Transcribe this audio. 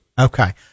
Okay